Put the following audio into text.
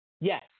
yes